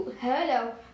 hello